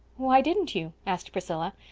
why didn't you? asked priscilla.